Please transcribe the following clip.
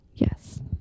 Yes